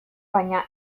baina